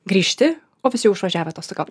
grįžti o visi išvažiavę atostogaut